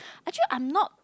actually I'm not